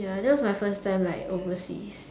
ya that was my first time like overseas